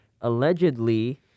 allegedly